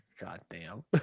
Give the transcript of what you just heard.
goddamn